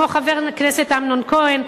כמו חבר הכנסת אמנון כהן,